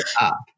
up